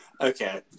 Okay